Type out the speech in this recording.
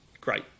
Great